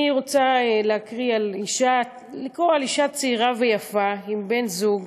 אני רוצה לספר על אישה צעירה ויפה, עם בן-זוג.